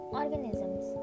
organisms